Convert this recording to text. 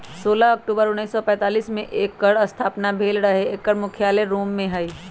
सोलह अक्टूबर उनइस सौ पैतालीस में एकर स्थापना भेल रहै एकर मुख्यालय रोम में हइ